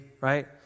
right